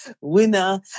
Winner